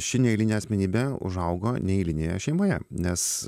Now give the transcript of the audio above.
ši neeiline asmenybe užaugo neeilinėje šeimoje nes